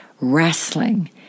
wrestling